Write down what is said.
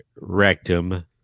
rectum